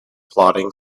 plodding